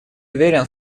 уверен